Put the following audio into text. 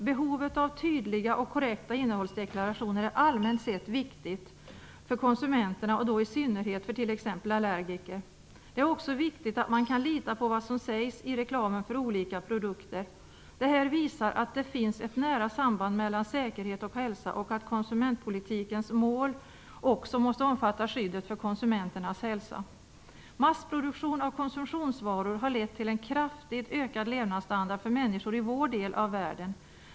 Behovet av tydliga och korrekta innehållsdeklarationer är allmänt sett viktigt för konsumenterna, i synnerhet för t.ex. allergiker. Det är också viktigt att man kan lita på vad som sägs i reklamen för olika produkter. Det här visar att det finns ett nära samband mellan säkerhet och hälsa och att konsumentpolitikens mål också måste omfatta skyddet för konsumenternas hälsa. Massproduktionen av konsumtionsvaror har lett till en kraftigt ökad levnadsstandard för människor i vår del av världen.